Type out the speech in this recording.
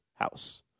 house